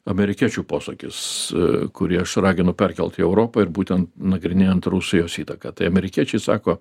amerikiečių posakis kurį aš raginu perkelt į europą ir būtent nagrinėjant rusijos įtaką tai amerikiečiai sako